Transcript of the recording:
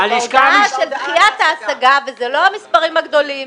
זה בהודעה של דחיית ההשגה וזה לא המספרים הגדולים.